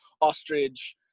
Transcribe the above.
ostrich